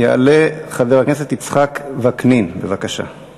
הצעות לסדר-היום